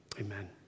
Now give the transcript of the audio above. amen